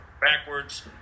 backwards